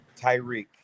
Tyreek